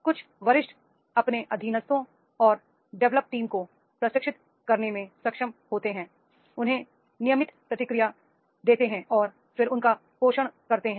कुछ वरिष्ठ अपने अधीनस्थों और डेवलप टीम को प्रशिक्षित करने में सक्षम होते हैं उन्हें नियमित प्रतिक्रिया देते हैं और फिर उनका पोषण करते हैं